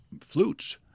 flutes